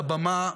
על הבמה,